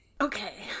Okay